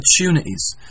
opportunities